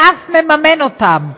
ואף מממן אותם.